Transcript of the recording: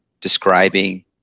describing